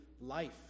life